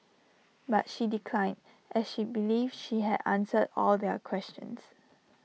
but she declined as she believes she had answered all their questions